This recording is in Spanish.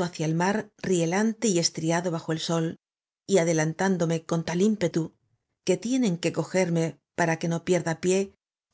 o hacia el mar rielante y estriado bajo el sol y adelantándome c o n tal í m p e t u que tienen que c o g e r m e para que n o pierda pie